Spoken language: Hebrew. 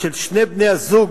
של שני בני-הזוג,